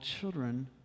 children